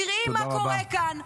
תראי מה קורה כאן.